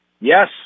Yes